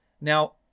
Now